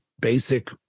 basic